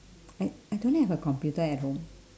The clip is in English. I I don't have a computer at home